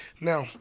now